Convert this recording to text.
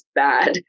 bad